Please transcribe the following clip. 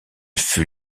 fut